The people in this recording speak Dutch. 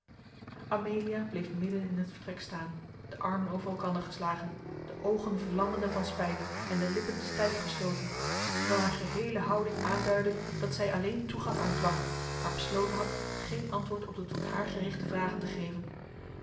amelia bleef midden in het vertrek staan de armen over elkander geslagen de oogen vlammende van spijt en de lippen stijf gesloten terwijl haar geheele houding aanduidde dat zij alleen toegaf aan dwang maar besloten had geen antwoord op de tot haar gerichte vragen te geven